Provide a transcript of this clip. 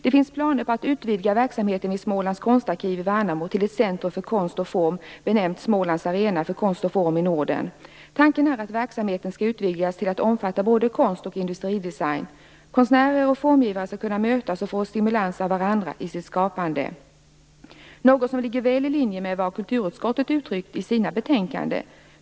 Det finns planer på att utvidga verksamheten vid Smålands Konstarkiv i Värnamo till ett centrum för konst och form benämnt Smålands arena för konst och form i Norden. Tanken är att verksamheten skall utvidgas till att omfatta både konst och industridesign. Konstnärer och formgivare skall kunna mötas och få stimulans av varandra i sitt skapande, något som ligger väl i linje med vad kulturutskottet uttryckt i sina betänkanden.